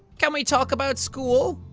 can we talk about school?